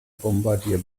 bombardier